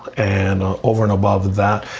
and over and above that,